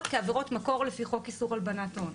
כעבירות מקור לפי חוק איסור הלבנת הון.